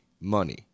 money